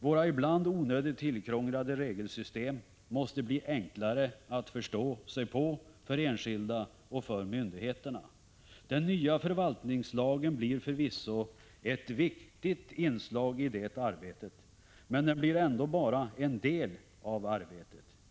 Våra ibland onödigt tillkrånglade regelsystem måste bli enklare att förstå sig på för enskilda och för myndigheterna. Den nya förvaltningslagen blir förvisso ett viktigt inslag i det arbetet, men den blir ändå bara en del av arbetet.